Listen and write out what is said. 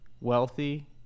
wealthy